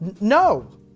No